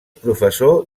professor